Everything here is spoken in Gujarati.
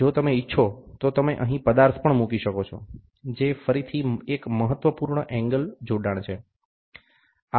જો તમે ઇચ્છો તો તમે અહીં પદાર્થ પણ મૂકી શકો છો જે ફરીથી એક મહત્વપૂર્ણ એંગલ જોડાણ છે